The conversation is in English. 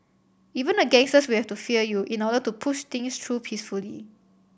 even the gangsters will have to fear you in order to push things through peacefully